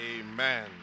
amen